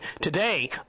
Today